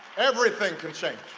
everything can change.